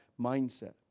mindset